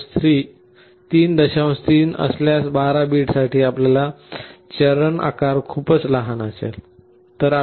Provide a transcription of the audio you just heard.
3V असल्यास १२ बिटसाठी आपला चरण आकार खूपच लहान असेल